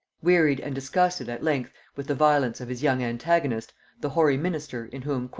wearied and disgusted at length with the violence of his young antagonist the hoary minister, in whom.